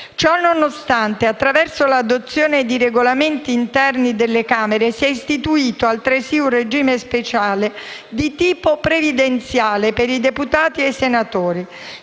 Ciononostante, attraverso l'adozione di regolamenti interni delle Camere, si è istituito altresì un regime speciale di tipo previdenziale per i deputati e i senatori.